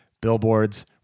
billboards